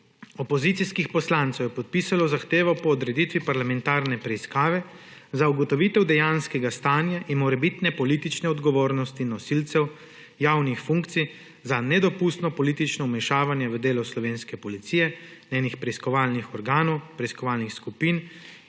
opozicijskih poslancev je podpisalo zahtevo po odreditvi parlamentarne preiskave za ugotovitev dejanskega stanja in morebitne politične odgovornosti nosilcev javnih funkcij za nedopustno politično vmešavanje v delo slovenske policije, njenih preiskovalnih organov, preiskovalnih skupin in